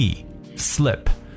S-L-I-P